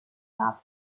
top